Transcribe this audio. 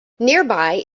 nearby